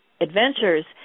adventures